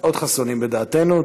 מאוד חסונים בדעתנו.